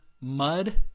mud